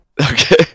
Okay